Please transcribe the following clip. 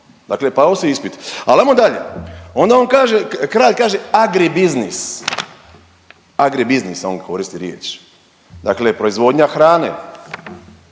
dakle pao si ispit. Al, ajmo dalje. Onda on kaže, kralj kaže agri biznis. Agri biznis on koristi riječ. Dakle proizvodnja hrane